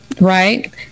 right